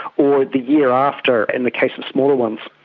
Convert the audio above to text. or the year after in the case of smaller ones.